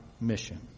mission